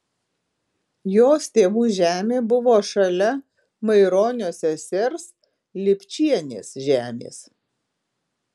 jos tėvų žemė buvo šalia maironio sesers lipčienės žemės